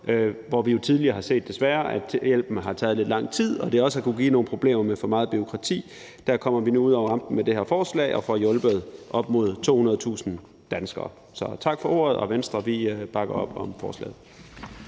har jo tidligere desværre set, at det har taget lidt lang tid med hjælpen, og at det også har kunnet give nogle problemer med for meget bureaukrati. Der kommer vi nu ud over rampen med det her forslag og får hjulpet op mod 200.000 danskere. Så tak for ordet, og Venstre bakker op om forslaget.